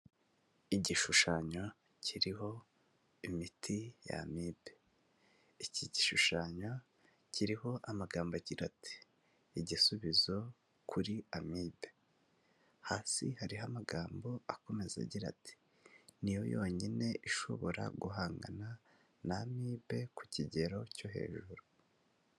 Igishushanyo kiriho imiti y'amibe, iki gishushanyo kiriho amagambo agira ati igisubizo kuri amibe, hasi hariho amagambo akomeza agira ati niyo yonyine ishobora guhangana n'amibe ku kigero cyo hejuru.